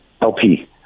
LP